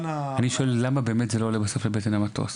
אני שואל למה באמת זה לא עולה בסוף לבטן המטוס.